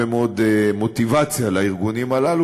לארגונים הללו,